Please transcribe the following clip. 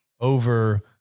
over